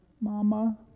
Mama